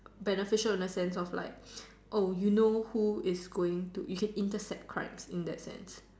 beneficial in a sense of like oh you know who is going to you can intercept crimes in that sense